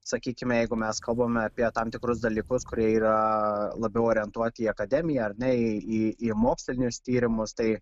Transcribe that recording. sakykime jeigu mes kalbame apie tam tikrus dalykus kurie yra labiau orientuoti į akademiją ar ne į į mokslinius tyrimus tai